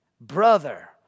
brother